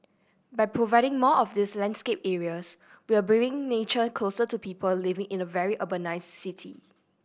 by providing more of these landscape areas we're bringing nature closer to people living in a very urbanised city